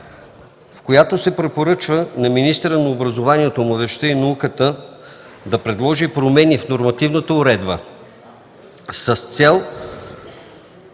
в която се препоръчва министърът на образованието, младежта и науката да предложи промени в нормативната уредба с цел